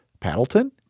Paddleton